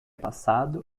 passado